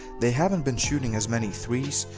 they haven't been shooting as many threes,